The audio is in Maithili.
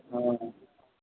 हँ